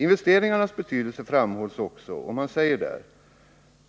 Investeringarnas betydelse framhålls, som man säger,